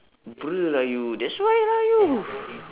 bruh lah you that's why lah you